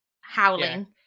howling